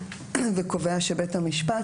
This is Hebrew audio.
וקובע שבית-המשפט,